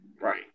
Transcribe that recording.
Right